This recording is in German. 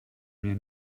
mir